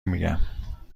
میگم